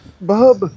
Bub